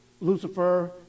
Lucifer